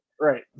right